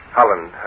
Holland